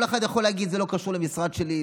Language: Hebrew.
כל אחד יכול להגיד: זה לא קשור למשרד שלי,